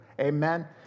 Amen